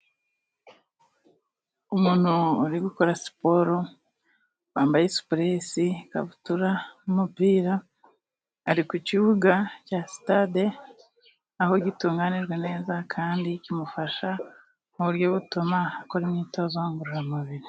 Umuntu uri gukora siporo wambaye supuresi, ikabutura, umupira, ari ku kibuga cya sitade aho gitunganijwe neza, kandi kimufasha mu buryo butuma akora imyitozo ngororamubiri.